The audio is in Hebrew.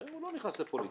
הרי הוא לא נכנס לפוליטיקה,